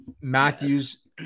matthews